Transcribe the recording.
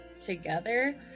together